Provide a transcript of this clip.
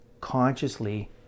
consciously